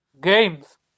Games